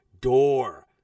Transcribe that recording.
door